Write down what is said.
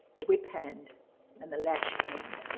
the whip hand and the lash end.